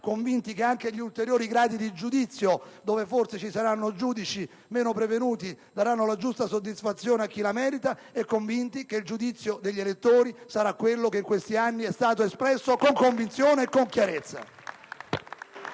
convinti che gli ulteriori gradi di giudizio, dove forse ci saranno giudici meno prevenuti, daranno la giusta soddisfazione a chi la merita, e convinti che il giudizio degli elettori sarà in sintonia con quello che in questi anni è stato espresso con convinzione e con chiarezza.